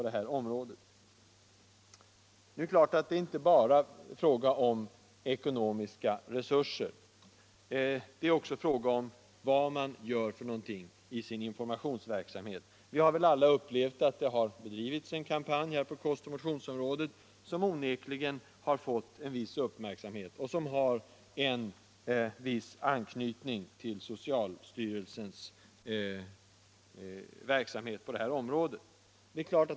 Det är naturligtvis inte bara fråga om ekonomiska resurser, det är också fråga om vad man gör i sin informationsverksamhet. Vi har väl alla upplevt att det har bedrivits en kampanj på kostoch motionsområdet som onekligen har fått en viss uppmärksamhet och som har viss anknytning till socialstyrelsens verksamhet på detta område.